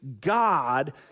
God